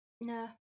No